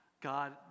God